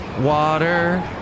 water